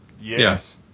Yes